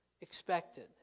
expected